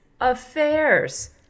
affairs